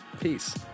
Peace